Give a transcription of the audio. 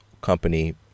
company